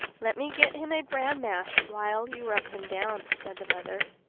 let me get him a bran mash while you rub him down, said the mother.